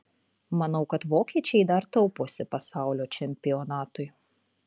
manau kad vokiečiai dar tauposi pasaulio čempionatui